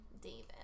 David